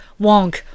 wonk